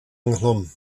ynghlwm